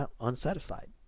unsatisfied